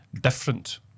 different